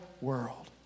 world